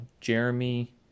Jeremy